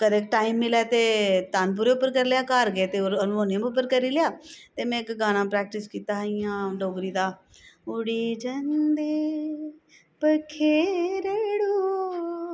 कदें टाइम मिलै ते तानपुरा उप्पर करी लेआ घर गे ते हारमोनी उप्पर करी लेआ ते में इक गाना प्रैक्टिस कीता हा इयां डोगरी दा उड़ी जन्दे पखेरड़ू